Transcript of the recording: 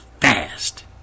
fast